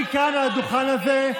אני כאן על הדוכן הזה,